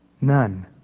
None